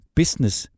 business